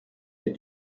les